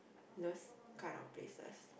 those kind of places